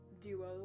duo